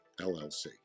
LLC